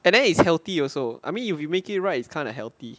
and then it's healthy also I mean if you make it right it's kind of healthy